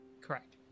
Correct